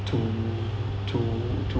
to to to